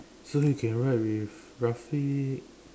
so you can ride with Rafiq